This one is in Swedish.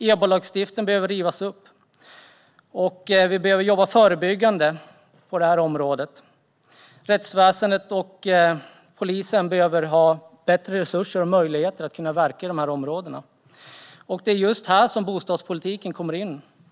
EBO-lagstiftningen behöver rivas upp. Vi behöver jobba förebyggande på det här området. Rättsväsendet och polisen behöver ha bättre resurser och möjligheter att verka i de här områdena. Det är just här som bostadspolitiken kommer in.